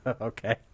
Okay